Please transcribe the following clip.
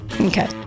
okay